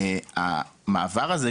המעבר הזה,